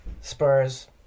Spurs